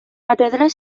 catedral